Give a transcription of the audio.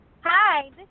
Hi